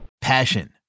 Passion